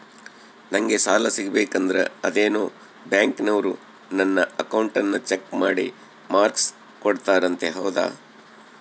ನಂಗೆ ಸಾಲ ಸಿಗಬೇಕಂದರ ಅದೇನೋ ಬ್ಯಾಂಕನವರು ನನ್ನ ಅಕೌಂಟನ್ನ ಚೆಕ್ ಮಾಡಿ ಮಾರ್ಕ್ಸ್ ಕೋಡ್ತಾರಂತೆ ಹೌದಾ?